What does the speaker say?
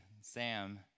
Sam